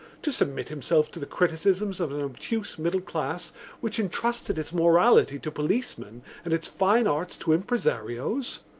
to submit himself to the criticisms of an obtuse middle class which entrusted its morality to policemen and its fine arts to impresarios?